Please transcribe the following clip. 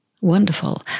Wonderful